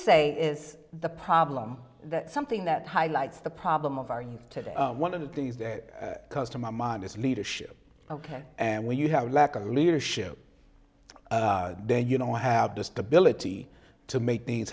say is the problem that something that highlights the problem of our youth today one of the things that comes to my mind is leadership ok and when you have a lack of leadership then you don't have the stability to make things